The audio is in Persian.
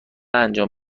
انجام